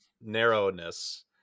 narrowness